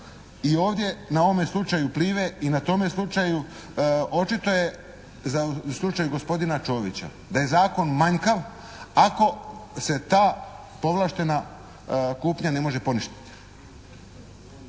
i ovdje na ovome slučaju "Plive" i na tome slučaju, očito je u slučaju gospodina Čovića, da je zakon manjkav, ako se ta povlaštena kupnja ne može poništiti.